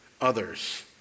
others